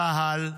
צה"ל,